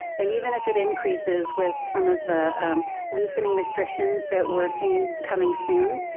and even if it increases with some of the loosening restrictions that we're seeing coming soon,